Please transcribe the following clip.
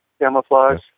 camouflage